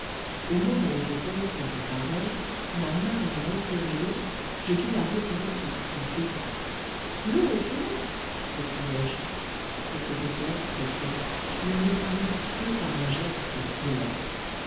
au moment où je prononçai ces paroles ma main ayant effleuré l'eau je dus la retirer au plus vite l'eau est brûlante m'écriai-je le professeur cette fois ne répondit que par un geste de colère